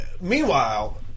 meanwhile